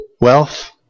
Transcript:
wealth